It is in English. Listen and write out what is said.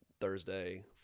Thursday